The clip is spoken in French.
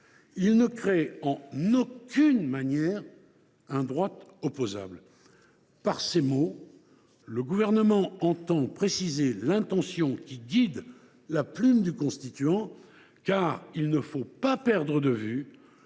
il ne crée en aucune manière un droit opposable. Par ce mot, le Gouvernement entend préciser l’intention qui guide la plume du constituant, car il ne faut pas perdre de vue